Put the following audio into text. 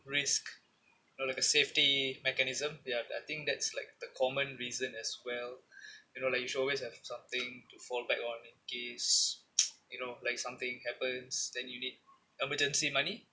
risk or like a safety mechanism ya I think that's like the common reason as well you know like you should always have something to fall back on in case you know like something happens then you need emergency money